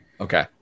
Okay